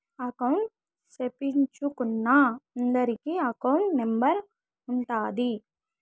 account సేపిచ్చుకున్నా అందరికి account number ఉంటాది